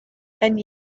and